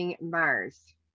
Mars